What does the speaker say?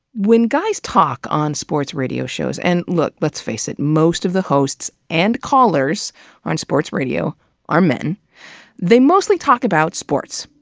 when guys talk on sports radio shows and let's face it, most of the hosts and callers on sports radio are men they mostly talk about sports.